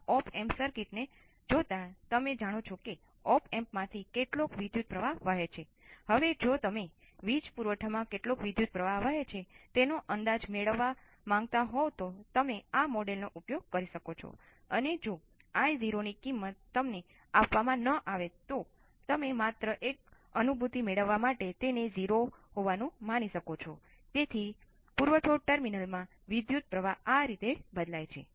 છેલ્લે VR પણ ∞ ના VR ની સમાન હશે જે અંતિમ મૂલ્ય પ્રારંભિક અને અંતિમ મૂલ્યો વચ્ચેનો તફાવત છે × એક્સપોનેન્શીઅલ માટે ઉકેલ તૈયાર કરવામાં સક્ષમ હોવું જોઈએ